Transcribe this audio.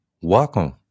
welcome